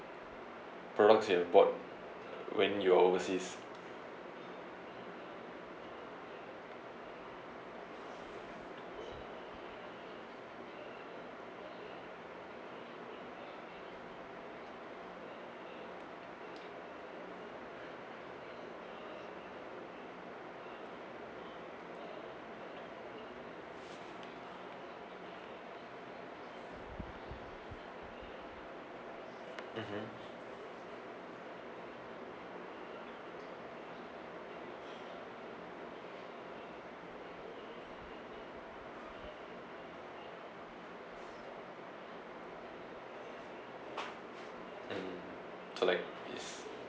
products you have bought when you are overseas mmhmm mm so like it's